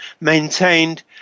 maintained